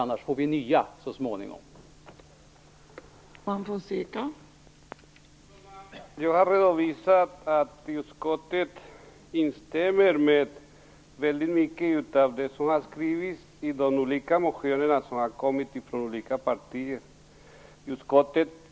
Då får vi så småningom nya.